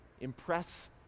impress